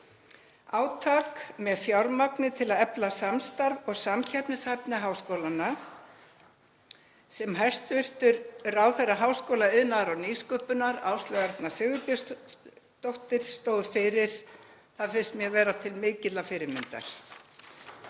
Átak með fjármagni til að efla samstarf og samkeppnishæfni háskólanna, sem hæstv. ráðherra háskóla, iðnaðar og nýsköpunar, Áslaug Arna Sigurbjörnsdóttir, stóð fyrir, finnst mér vera til mikillar fyrirmyndar.